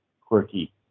quirky